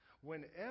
Whenever